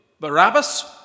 Barabbas